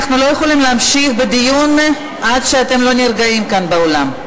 אנחנו לא יכולים להמשיך בדיון עד שאתם לא נרגעים כאן באולם.